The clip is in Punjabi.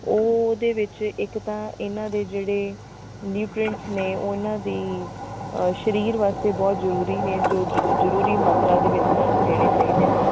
ਉਹ ਉਹਦੇ ਵਿੱਚ ਇੱਕ ਤਾਂ ਇਹਨਾਂ ਦੇ ਜਿਹੜੇ ਨਿਊਟਰੈਂਟ ਨੇ ਉਹ ਇਹਨਾਂ ਦੀ ਸਰੀਰ ਵਾਸਤੇ ਬਹੁਤ ਜ਼ਰੂਰੀ ਨੇ ਜੋ ਜ ਜ਼ਰੂਰੀ ਮਾਤਰਾ ਦੇ ਵਿੱਚ ਇਹਨਾਂ ਨੂੰ ਦੇਣੇ ਚਾਹੀਦੇ ਨੇ